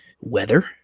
weather